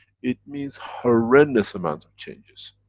it means, horrendous amount of changes.